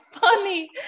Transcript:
funny